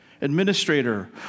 administrator